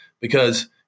because-